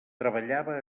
treballava